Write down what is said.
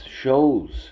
shows